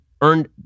earned